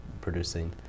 producing